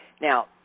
Now